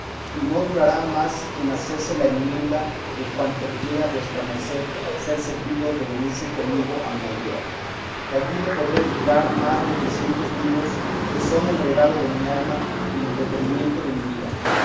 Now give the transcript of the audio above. y no dura más en hacerse la enmienda de cuanto quiera vuestra merced ser servido de venirse conmigo a mi aldea que allí le podré dar más de trecientos libros que son el regalo de mi alma y el entretenimiento de mi vida